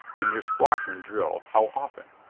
and your squadron drill how often?